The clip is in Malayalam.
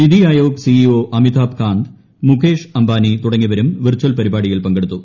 നിതി ആയോഗ് സിഇഒ അമിതാഭ് കന്ത് മുകേഷ് അംബാനി തുടങ്ങിയവരും വിർച്ചിൽ പരിപാടിയിൽ പങ്കെടുത്തു